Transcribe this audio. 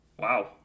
wow